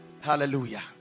hallelujah